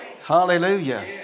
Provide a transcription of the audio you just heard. Hallelujah